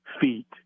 feet